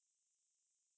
oh okay